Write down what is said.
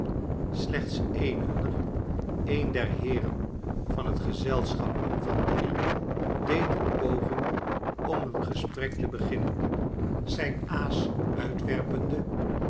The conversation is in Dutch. slechts een hunner een der heeren van het gezelschap van drie deed een poging om een gesprek te beginnen zijn aas uitwerpende